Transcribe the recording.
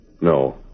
No